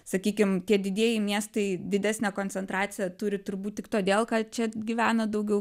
sakykim tie didieji miestai didesnę koncentraciją turi turbūt tik todėl kad čia gyvena daugiau